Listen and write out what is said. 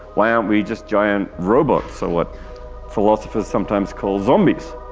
why aren't we just giant robots or what philosophers sometimes call zombies?